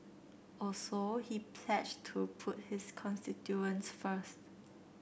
also he pledged to put his constituents first